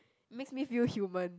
makes me feel human